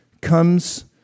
comes